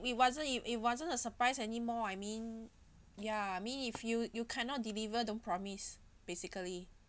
we wasn't it it wasn't a surprise anymore I mean ya I mean if you you cannot deliver don't promise basically